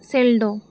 सेल्डो